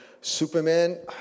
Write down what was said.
Superman